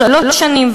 שלוש שנים,